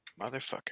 Motherfucker